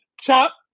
chop